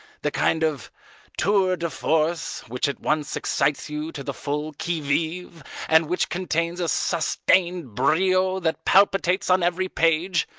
the kind of tour de force which at once excites you to the full qui vive and which contains a sustained brio that palpitates on every page?